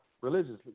religiously